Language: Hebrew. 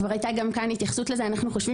גם כאן כבר הייתה לזה התייחסות אנחנו חושבים